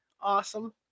awesome